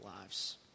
lives